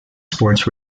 sports